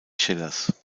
schillers